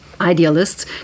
idealists